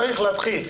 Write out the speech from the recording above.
צריך להתחיל.